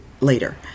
later